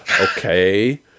Okay